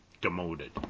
demoted